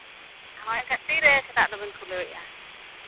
ᱦᱳᱭ ᱟᱪᱪᱷᱟ ᱛᱤᱨᱮ ᱥᱮᱛᱟᱜ ᱫᱚᱵᱤᱱ ᱠᱷᱩᱞᱟᱹᱣᱮᱫᱼᱟ